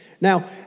Now